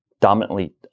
dominantly